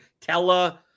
Tella